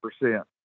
percent